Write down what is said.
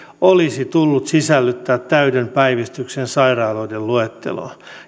olisi tullut sisällyttää täyden päivystyksen sairaaloiden luetteloon